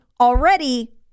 already